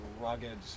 rugged